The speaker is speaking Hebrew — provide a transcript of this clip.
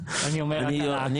אני אומר רק -- אני אומר,